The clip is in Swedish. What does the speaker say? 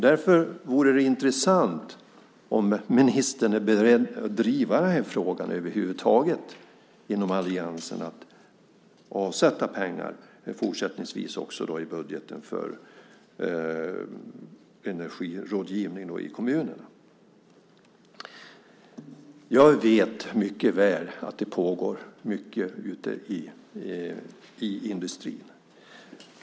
Därför vore det intressant att höra om ministern över huvud taget är beredd att inom alliansen driva frågan om att också fortsättningsvis avsätta pengar i budgeten för energirådgivning i kommunerna. Jag vet mycket väl att det pågår mycket ute i industrin.